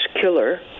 killer